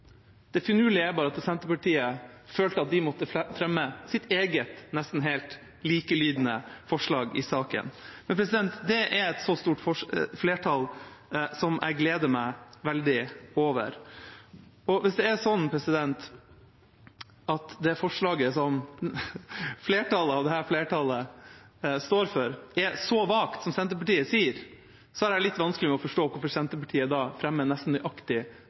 Det finurlige er bare at Senterpartiet følte at de måtte fremme sitt eget, nesten helt likelydende, forslag i saken. Men det er et stort flertall, noe jeg gleder meg veldig over. Hvis det forslaget som flertallet av dette flertallet står for, er så vagt som Senterpartiet sier, har jeg litt vanskelig for å forstå hvorfor Senterpartiet fremmer nesten nøyaktig